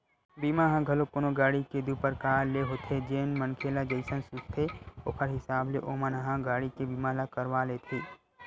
बीमा ह घलोक कोनो गाड़ी के दू परकार ले होथे जेन मनखे ल जइसन सूझथे ओखर हिसाब ले ओमन ह गाड़ी के बीमा ल करवा लेथे